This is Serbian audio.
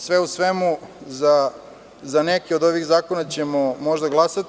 Sve u svemu, za neke od ovih zakona ćemo možda glasati.